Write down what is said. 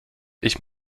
ich